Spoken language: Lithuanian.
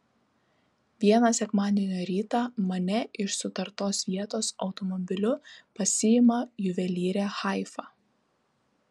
vieną sekmadienio rytą mane iš sutartos vietos automobiliu pasiima juvelyrė haifa